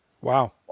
Wow